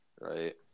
Right